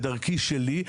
בדרכי שלי,